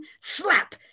slap